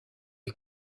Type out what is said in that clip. est